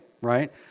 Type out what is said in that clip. right